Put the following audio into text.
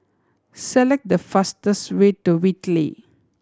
select the fastest way to Whitley